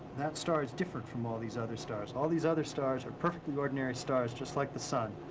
that star's different from all these other stars. all these other stars are perfectly ordinary stars just like the sun.